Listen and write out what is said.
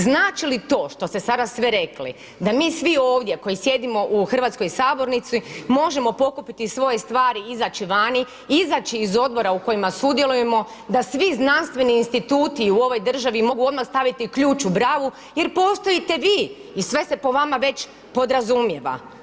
Znači li to što ste sada sve rekli da mi svi ovdje koji sjedimo u hrvatskoj sabornici možemo pokupiti svoje stvari izaći vani, izaći iz odbora u kojima sudjelujemo, da svi znanstveni instituti u ovoj državi mogu odmah staviti ključ u bravu jer postojite vi i sve se po vama već podrazumijeva.